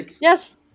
yes